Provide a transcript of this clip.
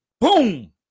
boom